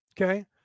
okay